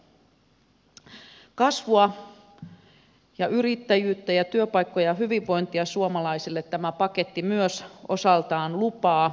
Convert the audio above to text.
kasvua ja yrittäjyyttä ja työpaikkoja ja hyvinvointia suomalaisille tämä paketti myös osaltaan lupaa